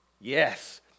Yes